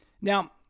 now